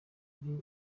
ari